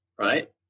right